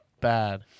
bad